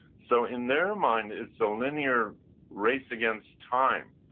so in their mind, it's the linear race against time.